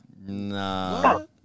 Nah